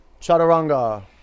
Chaturanga